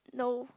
no